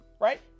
Right